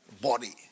Body